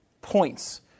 points